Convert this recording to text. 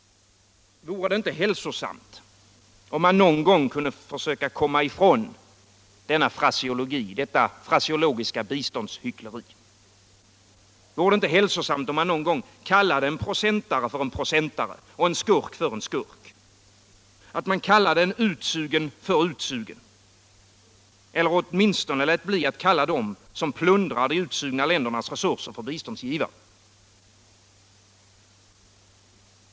Vore det inte hälsosamt om man någon gång försökte komma ifrån detta fraseologiska biståndshyckleri? Vore det inte hälsosamt om man någon gång kallade en procentare för procentare och en skurk för en skurk, och att man kallade en utsugen för en utsugen — eller åtminstone lät bli att kalla den som plundrar de utsugna ländernas resurser för biståndsgivare?